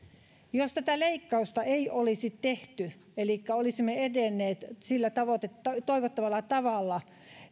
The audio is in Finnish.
jos tätä leikkausta ei olisi tehty elikkä olisimme edenneet sillä toivottavalla tavalla